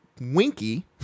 winky